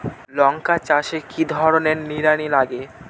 লঙ্কা চাষে কি ধরনের নিড়ানি লাগে?